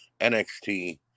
nxt